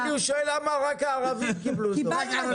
הוא שואל, למה רק ערבים קיבלו דוח?